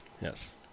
yes